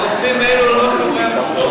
הרופאים האלה לא חברי עמותות.